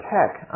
Tech